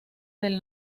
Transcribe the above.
del